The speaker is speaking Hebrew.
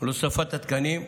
ולהוספת התקנים,